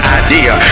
idea